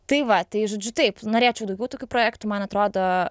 tai va tai žodžiu taip norėčiau daugiau tokių projektų man atrodo